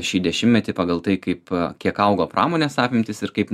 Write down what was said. šį dešimtmetį pagal tai kaip kiek augo pramonės apimtys ir kaip